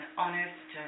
honest